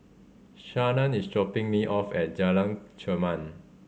Shannan is dropping me off at Jalan Chermat